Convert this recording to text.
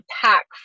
pack